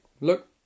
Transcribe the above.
look